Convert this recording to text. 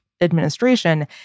administration